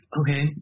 Okay